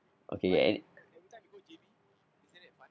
okay and